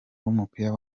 w’umupira